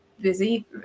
busy